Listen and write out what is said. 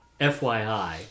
FYI